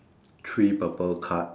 three purple cards